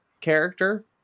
character